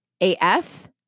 AF